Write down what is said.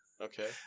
Okay